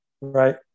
right